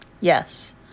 Yes